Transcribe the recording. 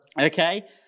Okay